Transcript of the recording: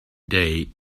day